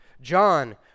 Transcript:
John